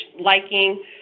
liking